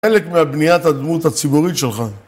חלק מהבניית הדמות הציבורית שלך.